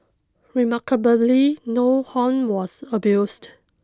remarkably no horn was abused